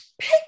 Pick